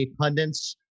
pundits